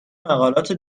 مقالات